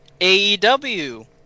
aew